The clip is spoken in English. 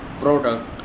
product